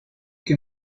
que